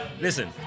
Listen